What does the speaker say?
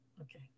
Okay